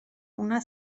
una